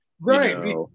right